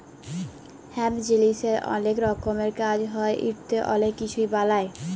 hemp জিলিসের অলেক রকমের কাজ হ্যয় ইটতে অলেক কিছু বালাই